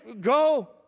Go